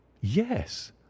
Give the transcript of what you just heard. yes